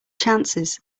chances